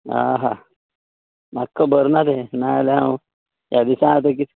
आं हां म्हाका खबर ना तें नाल्यार हांव ह्या दिसा आतां कितें